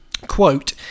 quote